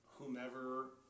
whomever